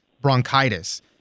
bronchitis